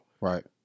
Right